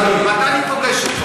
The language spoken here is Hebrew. מתי אני פוגש אותו?